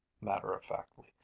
matter-of-factly